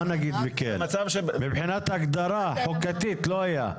מה נגיד וכן מבחינת הגדרה חוקתית, לא היה.